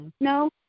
No